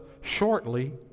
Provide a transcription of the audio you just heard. shortly